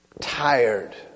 Tired